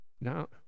No